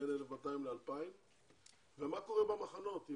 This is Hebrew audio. בין 1,200 ל-2,000 ומה קורה במחנות,